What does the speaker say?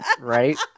Right